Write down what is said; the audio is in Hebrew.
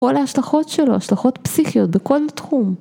כל ההשלכות שלו, השלכות פסיכיות בכל תחום.